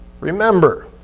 Remember